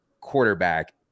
quarterback